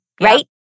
Right